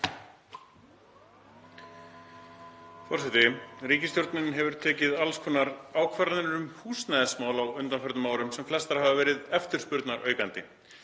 Forseti. Ríkisstjórnin hefur tekið alls konar ákvarðanir um húsnæðismál á undanförnum árum sem flestar hafa verið eftirspurnaraukandi.